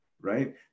Right